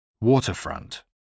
Waterfront